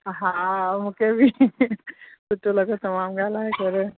हा मूंखे बि सुठो लॻो तमामु ॻाल्हाए करे